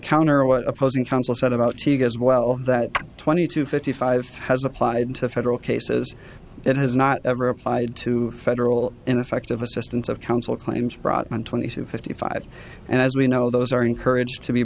counter what opposing counsel said about teague as well that twenty two fifty five has applied to federal cases it has not ever applied to federal ineffective assistance of counsel claims brought on twenty two fifty five and as we know those are encouraged to be